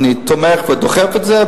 אני תומך ודוחף את זה,